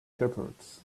shepherds